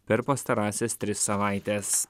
per pastarąsias tris savaites